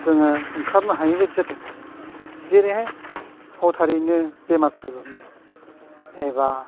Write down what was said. जोङो ओंखारनो हायि बायदि जादों जेरैहाय हथारैनो बेमार फैब्रबनाय एबा